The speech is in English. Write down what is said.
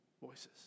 voices